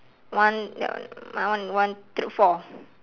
one ya uh my one one thre~ four